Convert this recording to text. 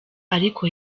ariko